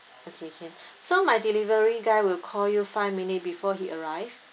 okay can so my delivery guy will call you five minute before he arrives